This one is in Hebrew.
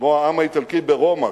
כמו העם האיטלקי ברומא,